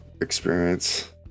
experience